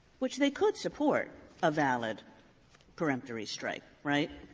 which they could support a valid peremptory strike, right?